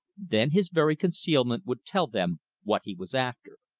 then his very concealment would tell them what he was after.